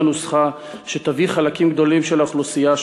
הנוסחה שתביא חלקים גדולים של האוכלוסייה,